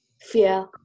Fear